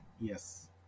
yes